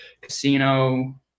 Casino